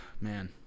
man